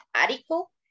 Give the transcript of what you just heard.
article